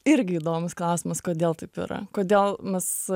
irgi įdomus klausimas kodėl taip yra kodėl mes